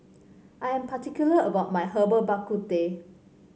I am particular about my Herbal Bak Ku Teh